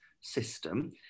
system